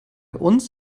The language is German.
uns